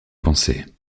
pensée